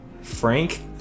Frank